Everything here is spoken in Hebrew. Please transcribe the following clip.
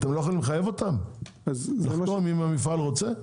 אתם לא יכולים לחייב אותם אם המפעל רוצה?